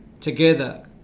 together